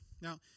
Now